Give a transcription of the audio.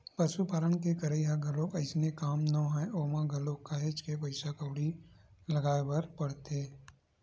पसुपालन के करई ह घलोक अइसने काम नोहय ओमा घलोक काहेच के पइसा कउड़ी लगाय बर परथे